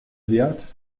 wert